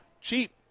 cheap